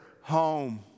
home